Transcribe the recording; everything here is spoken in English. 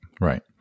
right